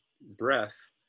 breath